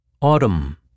Autumn